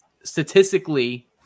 statistically